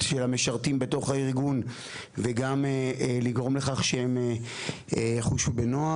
של המשרתים בתוך הארגון וגם לגרום לך שהם יחושו בנוח.